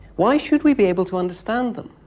why should we be able to understand them?